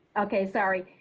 okay, sorry.